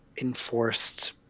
enforced